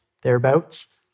thereabouts